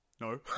No